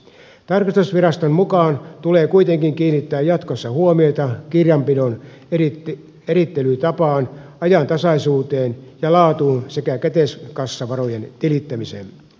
tarkastusviraston mukaan tulee kuitenkin kiinnittää jatkossa huomiota kirjanpidon erittelytapaan ajantasaisuuteen ja laatuun sekä käteiskassavarojen tilittämiseen